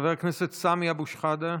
חבר הכנסת סמי אבו שחאדה,